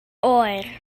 oer